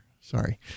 Sorry